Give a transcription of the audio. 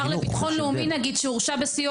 גם אם השר לביטחון לאומי נגיד שהורשע בסיוע